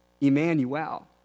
Emmanuel